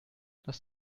das